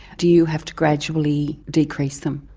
do you have to gradually decrease them?